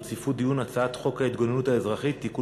להחיל דין רציפות על הצעת חוק ההתגוננות האזרחית (תיקון